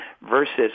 versus